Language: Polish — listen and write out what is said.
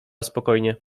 spokojnie